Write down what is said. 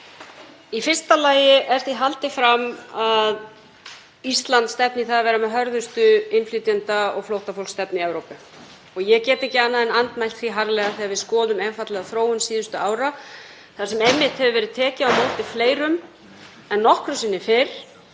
Í fyrsta lagi er því haldið fram að Ísland stefni í það að vera með hörðustu innflytjenda- og flóttafólksstefnu í Evrópu. Ég get ekki annað en andmælt því harðlega þegar við skoðum einfaldlega þróun síðustu ára þar sem einmitt hefur verið tekið á móti fleirum en nokkru sinni fyrr,